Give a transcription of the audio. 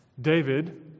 David